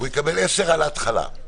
הוא יקבל 10,000 על ההתחלה,